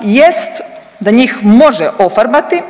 jest da njih može ofarbati